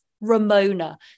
Ramona